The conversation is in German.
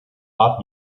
art